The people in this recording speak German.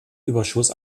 überschuss